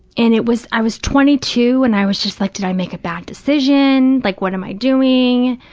and it was, i was twenty two and i was just like, did i make a bad decision, like what am i doing?